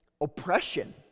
oppression